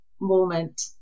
moment